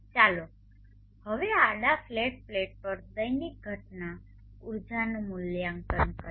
ચાલો હવે આડા ફ્લેટ પ્લેટ પર દૈનિક ઘટના ઉર્જાનું મૂલ્યાંકન કરીએ